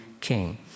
king